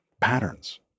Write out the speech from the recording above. patterns